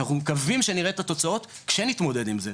שאנחנו מקווים שנראה את התוצאות כשנתמודד עם זה,